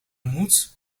moed